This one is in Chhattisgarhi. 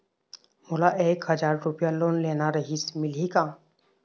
मोला एक हजार रुपया लोन लेना रीहिस, मिलही का?